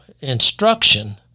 instruction